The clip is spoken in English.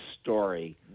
story